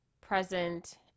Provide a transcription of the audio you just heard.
present